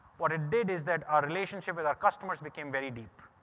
what it did is that our relationship with our customers became very deep.